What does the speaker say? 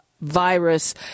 virus